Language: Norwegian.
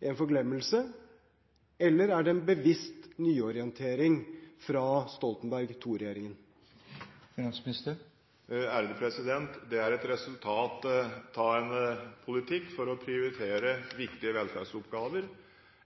en forglemmelse eller en bevisst nyorientering fra Stoltenberg II-regjeringen? Det er et resultat av en politikk for å prioritere viktige velferdsoppgaver,